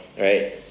right